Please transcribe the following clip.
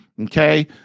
Okay